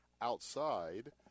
outside